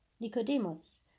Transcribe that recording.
Nicodemus